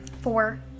four